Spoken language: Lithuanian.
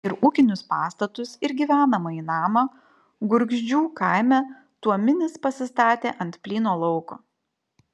ir ūkinius pastatus ir gyvenamąjį namą gurgždžių kaime tuominis pasistatė ant plyno lauko